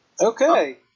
Okay